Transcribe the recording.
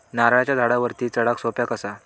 नारळाच्या झाडावरती चडाक सोप्या कसा?